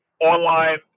online